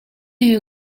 you